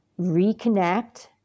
reconnect